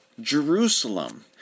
Jerusalem